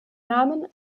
namen